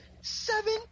seven